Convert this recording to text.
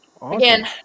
Again